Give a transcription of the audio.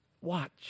watch